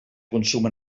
consum